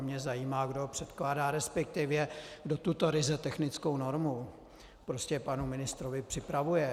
Mě zajímá, kdo ho předkládá, respektive kdo tuto ryze technickou normu panu ministrovi prostě připravuje.